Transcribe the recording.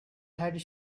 had